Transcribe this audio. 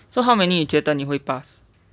so how many 你觉得你会 pass